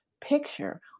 picture